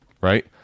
right